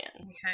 Okay